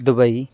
Dubai